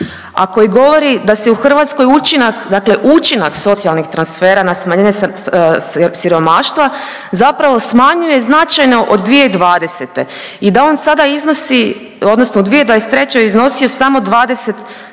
a koji govori da se u Hrvatskoj učinak, dakle učinak socijalnih transfera na smanjenje siromaštva zapravo smanjuje značajno od 2020. i da on sada iznosi odnosno u 2023. je iznosio samo